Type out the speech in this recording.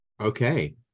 Okay